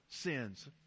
sins